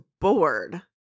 bored